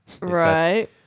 right